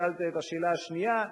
שאלת את השאלה השנייה.